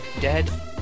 dead